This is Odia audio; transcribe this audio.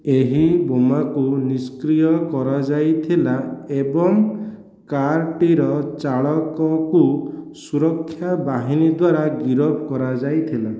ଏହି ବୋମାକୁ ନିଷ୍କ୍ରିୟ କରାଯାଇଥିଲା ଏବଂ କାର୍ଟିର ଚାଳକକୁ ସୁରକ୍ଷା ବାହିନୀ ଦ୍ଵାରା ଗିରଫ କରାଯାଇଥିଲା